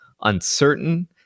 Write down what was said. uncertain